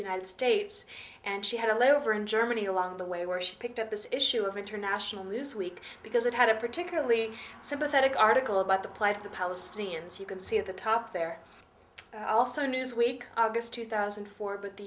united states and she had a layover in germany along the way where she picked up this issue of international news week because it had a particularly sympathetic article about the plight of the palestinians you can see at the top there also newsweek august two thousand and four but the